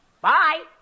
Bye